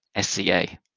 SCA